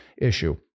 issue